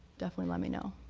definitely let me know.